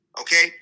Okay